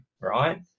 Right